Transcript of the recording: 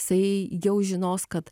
jisai jau žinos kad